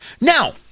now